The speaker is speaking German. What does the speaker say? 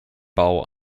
bau